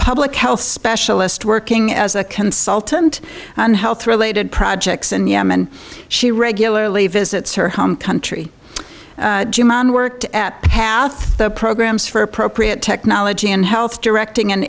health specialist working as a consultant on health related projects in yemen she regularly visits her home country worked at half the programs for appropriate technology in health directing an